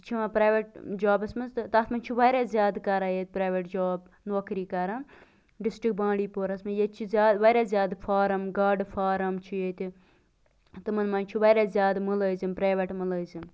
private jobs مَنٛز تہٕ تَتھ مَنٛز چھ واریاہ زیادٕ کَران ییٚتہِ پریویٹ جاب نوکری کَران ڈِسٹرک بانڈی پوراہَس مَنٛز ییٚتہِ چھِ زیادٕ واریاہ زیادٕ فارَم گاڈٕ فارَم چھِ ییٚتہِ تِمَن مَنٛز چھ واریاہ زیادٕ مُلٲزِم پریویٹ مُلٲزِم